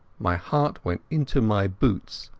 my heart went into my boots,